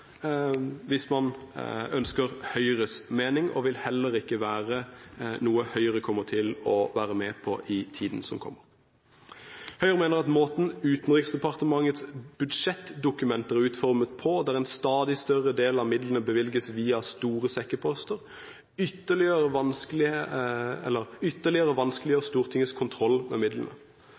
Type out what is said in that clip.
ønsker Høyres mening, og det vil heller ikke være noe Høyre kommer til å være med på i tiden som kommer. Høyre mener at måten Utenriksdepartementets budsjettdokumenter er utformet på, der en stadig større del av midlene bevilges via store sekkeposter, ytterligere vanskeliggjør Stortingets kontroll med midlene.